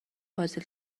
پازل